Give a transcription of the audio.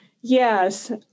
Yes